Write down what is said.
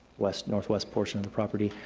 west, northwest portion of the property.